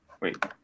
Wait